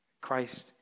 Christ